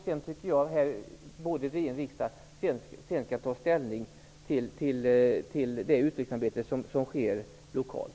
Sedan skall vi här i riksdagen ta ställning till det utvecklingsarbete som sker lokalt.